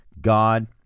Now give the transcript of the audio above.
God